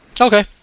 Okay